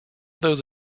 those